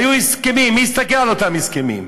היו הסכמים, מי הסתכל על אותם הסכמים?